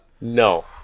No